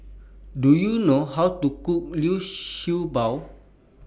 Do YOU know How to Cook Liu Sha Bao